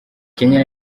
kenya